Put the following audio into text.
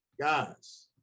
guys